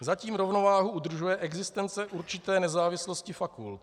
Zatím rovnováhu udržuje existence určité nezávislosti fakult.